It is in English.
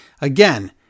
again